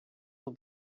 will